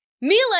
Mila